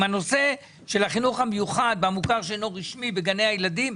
עם הנושא של החינוך המיוחד במוכר שאינו רשמי בגני הילדים,